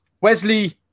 Wesley